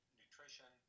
nutrition